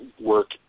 work